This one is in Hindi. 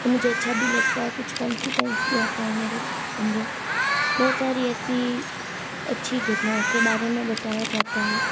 और मुझे अच्छा भी लगता है कुछ कॉन्फिडेंस भी आता है मेरे अंदर बहुत सारी ऐसी अच्छी घटनाओं के बारे में बताया जाता है